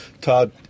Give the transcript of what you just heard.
Todd